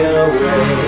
away